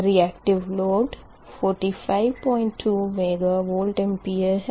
reactive load 452 megavar है